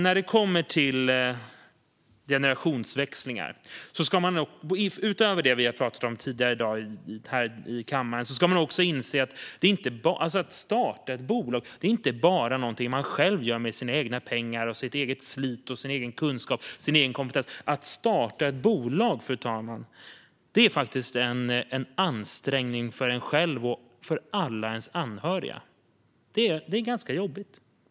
När det kommer till generationsväxlingar ska man, utöver det vi har talat om tidigare i dag här i kammaren, inse följande: Att starta ett bolag är inte bara någonting man själv gör med sina egna pengar, sitt eget slit och sin egen kunskap och kompetens. Att starta ett bolag, fru talman, är faktiskt en ansträngning för en själv och för alla ens anhöriga. Det är ganska jobbigt.